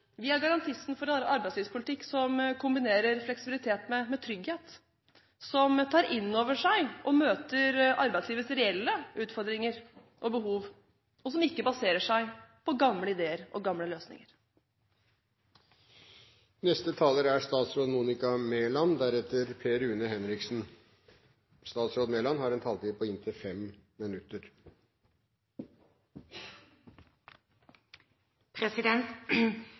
kurs. Vi er garantisten for en arbeidslivspolitikk som kombinerer fleksibilitet med trygghet, som tar inn over seg og møter arbeidslivets reelle utfordringer og behov, og som ikke baserer seg på gamle ideer og gamle løsninger. Næringspolitikkens overordnede målsetning er å sørge for størst mulig samlet verdiskaping i norsk økonomi. Vi skal sørge for at vi bruker norske ressurser på en